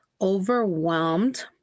overwhelmed